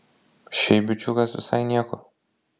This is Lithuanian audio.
šiaip bičiukas visai nieko